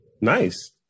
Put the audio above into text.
Nice